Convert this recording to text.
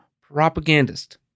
propagandist